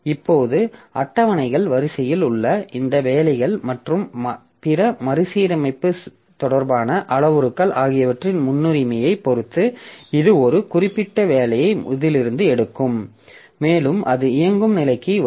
இப்போது இந்த அட்டவணைகள் வரிசையில் உள்ள இந்த வேலைகள் மற்றும் பிற மறுசீரமைப்பு தொடர்பான அளவுருக்கள் ஆகியவற்றின் முன்னுரிமையைப் பொறுத்து இது ஒரு குறிப்பிட்ட வேலையை இதிலிருந்து எடுக்கும் மேலும் அது இயங்கும் நிலைக்கு வரும்